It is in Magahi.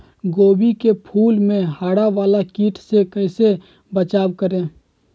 गोभी के फूल मे हरा वाला कीट से कैसे बचाब करें?